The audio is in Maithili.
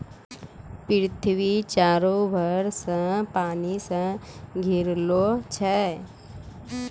पृथ्वी चारु भर से पानी से घिरलो छै